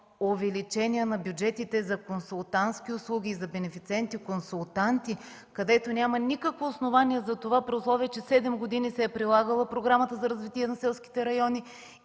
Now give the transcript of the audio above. увеличение на бюджетите за консултантски услуги и за бенефициенти-консултанти, където няма никакво основание за това, при условие че седем години се е прилагала Програмата за развитие на селските райони